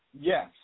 Yes